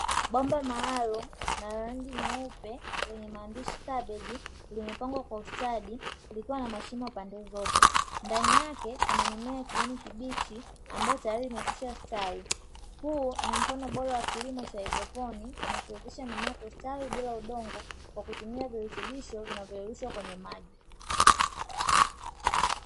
Bomba maalumu la rangi nyeupe lenye maandishi kabeji, limepangwa kwa ustadi likiwa na mashimo pande zote. Ndani yake kuna mimea ya kijani kibichi ambayo tayari imekwisha stawi. Huu ni mfano bora wa kilimo cha haidroponi, kinachowezesha mimea kustawi bila udongo, kwa kutumia virutubisho vilivyoyeyushwa kwenye maji.